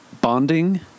bonding